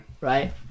Right